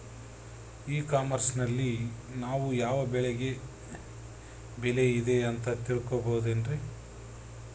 E commerce ನಲ್ಲಿ ನಾವು ಯಾವ ಬೆಳೆಗೆ ಬೆಲೆ ಇದೆ ಅಂತ ತಿಳ್ಕೋ ಬಹುದೇನ್ರಿ?